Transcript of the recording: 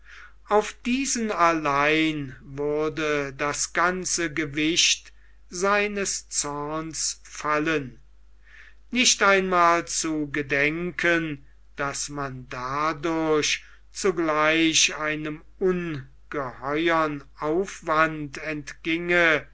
auf diesen allein würde das ganze gewicht seines zorns fallen nicht einmal zu gedenken daß man dadurch zugleich einem ungeheuren aufwand entginge